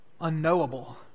unknowable